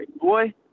boy